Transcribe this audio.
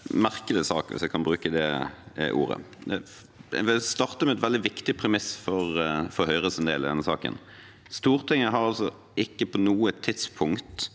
merkelig sak, hvis jeg kan bruke det ordet. Jeg vil starte med et veldig viktig premiss for Høyres del i denne saken: Stortinget har altså ikke på noe tidspunkt